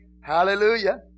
Hallelujah